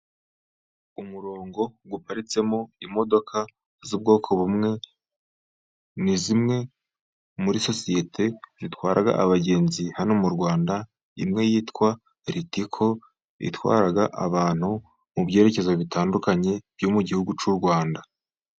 Umurongo uparitsemo imodoka z'ubwoko bumwe ni zimwe muri sosiyete zitwara abagenzi hano mu Rwanda, imwe yitwa Litiko bitwara abantu mu byerekezo bitandukanye byo mu gihugu cy'u Rwanda.